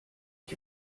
ich